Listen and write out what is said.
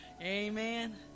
Amen